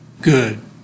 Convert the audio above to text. Good